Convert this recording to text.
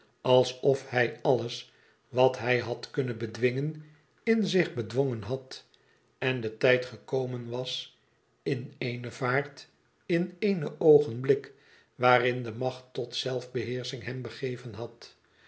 alsof hij alles wat hij had kunnen bedwingen in zich bedwongen had en de tijd gekomen was in ééne vaart in één oogenblik waarin de macht tot zelf beheersching hem begeven had